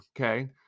Okay